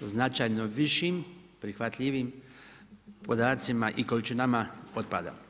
značajnom višim, prihvatljivijim podacima i količinama otpada.